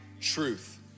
truth